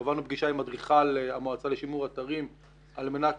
קבענו פגישה עם אדריכל המועצה לשימור אתרים על מנת